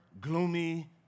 gloomy